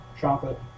chocolate